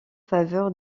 faveur